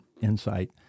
insight